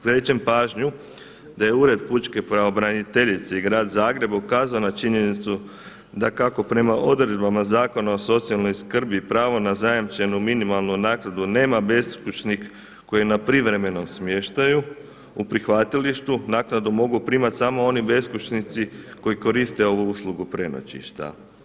Skrećem pažnju da je Ured pučke pravobraniteljice i grad Zagreb ukazao na činjenicu da kako prema odredbama Zakona o socijalnoj skrbi i pravo na zajamčenu minimalnu naknadu nema beskućnik koji je na privremenom smještaju u prihvatilištu naknadu mogu primati samo oni beskućnici koji koriste ovu uslugu prenoćišta.